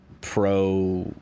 pro